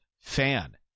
fan